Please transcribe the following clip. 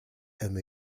and